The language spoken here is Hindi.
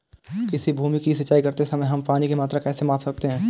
किसी भूमि की सिंचाई करते समय हम पानी की मात्रा कैसे माप सकते हैं?